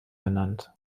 benannt